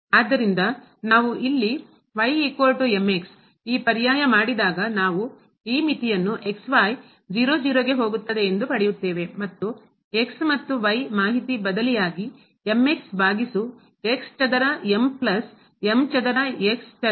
ಆದ್ದರಿಂದ ನಾವು ಇಲ್ಲಿ ಈ ಪರ್ಯಾಯ ಮಾಡಿದಾಗ ನಾವು ಈ ಮಿತಿಯನ್ನು ಹೋಗುತ್ತದೆ ಎಂದು ಪಡೆಯುತ್ತೇವೆ ಮತ್ತು ಮತ್ತು ಮಾಹಿತಿ ಬದಲಿಯಾಗಿ ಭಾಗಿಸು ಚದರ ಪ್ಲಸ್ ಚದರ x ಚದರ